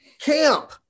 camp